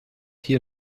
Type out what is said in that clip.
hier